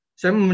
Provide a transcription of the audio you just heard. saya